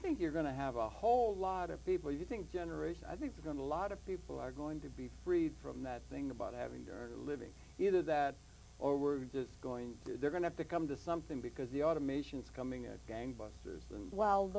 think you're going to have a whole lot of people you think generation i think we're going to a lot of people are going to be freed from that thing about having to earn a living either that or we're just going to they're going to come to something because the automation is coming in gangbusters and w